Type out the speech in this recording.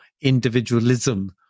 individualism